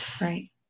Right